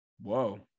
Whoa